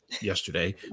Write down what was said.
yesterday